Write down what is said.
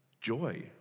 joy